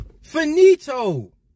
finito